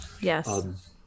yes